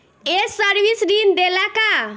ये सर्विस ऋण देला का?